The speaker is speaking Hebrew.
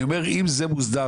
אני אומר: אם זה מוסדר,